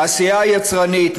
תעשייה יצרנית,